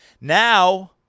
Now